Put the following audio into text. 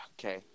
Okay